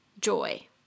joy